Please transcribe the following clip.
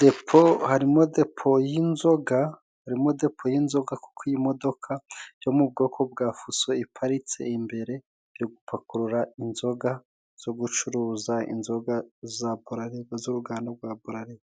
depo harimo depo y'inzoga, harimo depo y'inzoga kuko iyi modoka yo mu bwoko bwa fuso iparitse imbere, iri gupakurura inzoga zo gucuruza, inzoga za burarirwa z'uruganda rwa burarirwa.